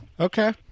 Okay